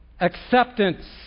acceptance